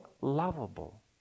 lovable